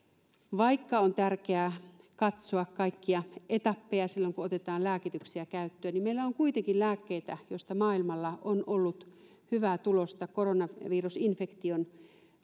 vaikka on tärkeää katsoa kaikkia etappeja silloin kun otetaan lääkityksiä käyttöön niin meillä on kuitenkin lääkkeitä joista maailmalla on ollut hyvää tulosta koronavirusinfektion